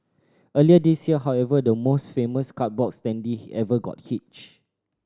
earlier this year however the most famous cardboard standee ever got hitched